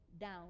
down